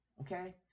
okay